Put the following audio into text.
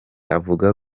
avuga